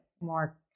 more